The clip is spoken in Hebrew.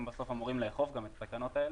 בסוף הם אמורים לאכוף את התקנות האלה.